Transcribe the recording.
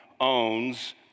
owns